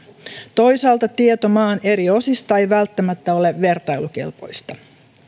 toisaalta tieto maan eri osista ei välttämättä ole vertailukelpoista